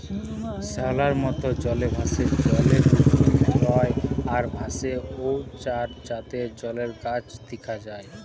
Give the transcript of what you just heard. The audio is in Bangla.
শ্যাওলার মত, জলে ভাসে, জলে ডুবি রয় আর ভাসে ঔ চার জাতের জলের গাছ দিখা যায়